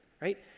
right